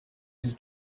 his